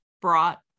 brought